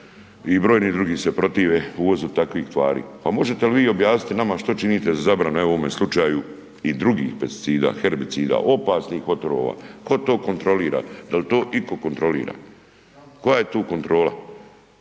i brojni drugi se protive uvozu takvih tvari. Pa možete li vi objasniti nama što činite za zabranu evo u ovome slučaju i drugih pesticida, herbicida, opasnih otvora, tko to kontrolira? Da li to itko kontrolira? Koja je tu kontrola?